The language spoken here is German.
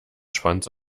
schwanz